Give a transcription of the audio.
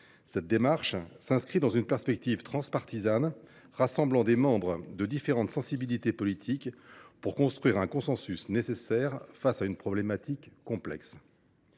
Cette démarche s’inscrit dans une perspective transpartisane, rassemblant des membres de différentes sensibilités politiques pour construire un consensus nécessaire face à une problématique complexe.